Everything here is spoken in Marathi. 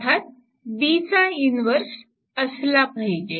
अर्थात B चा इनव्हर्स असला पाहिजे